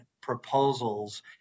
proposals